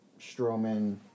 Strowman